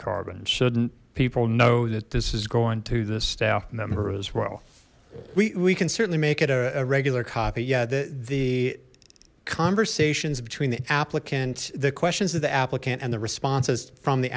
carbon shouldn't people know that this is going to the staff member as well we can certainly make it a regular copy yeah the the conversations between the applicant the questions of the applicant and the responses from the